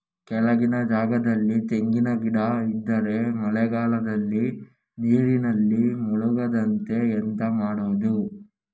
ಕೆಳಗಿನ ಜಾಗದಲ್ಲಿ ತೆಂಗಿನ ಗಿಡ ಇದ್ದರೆ ಮಳೆಗಾಲದಲ್ಲಿ ನೀರಿನಲ್ಲಿ ಮುಳುಗದಂತೆ ಎಂತ ಮಾಡೋದು?